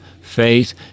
faith